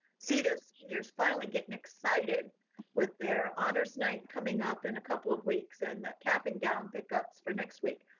see those seniors finally getting excited with their honors night, coming up in a couple of weeks and that cap and gown pickups for next week.